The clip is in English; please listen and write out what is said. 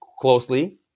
closely